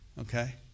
Okay